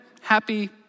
happy